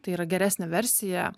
tai yra geresnė versija